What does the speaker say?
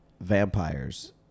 Vampires